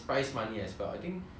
for the whole team